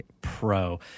Pro